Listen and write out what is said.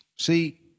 See